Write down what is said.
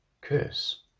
curse